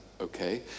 okay